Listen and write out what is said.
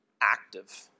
active